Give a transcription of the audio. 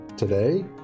today